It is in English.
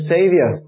Savior